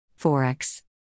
forex